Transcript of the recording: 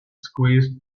squeezed